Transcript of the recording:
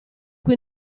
cui